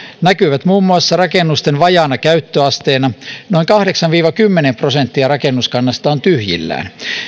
näkyvät muun muassa rakennusten vajaana käyttöasteena noin kahdeksan viiva kymmenen prosenttia rakennuskannasta on tyhjillään